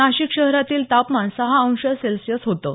नाशिक शहरातील तापमान सहा अंश सेल्सीअस होतं